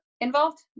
involved